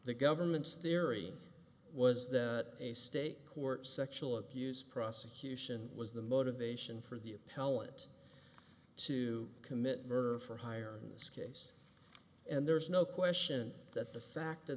the government's theory was that a state court sexual abuse prosecution was the motivation for the appellant to commit murder for hire in this case and there's no question that the fact